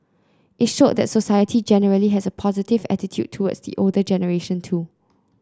it showed that society generally has a positive attitude towards the older generation too